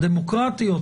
הדמוקרטיות,